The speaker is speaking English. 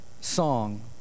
song